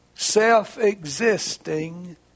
self-existing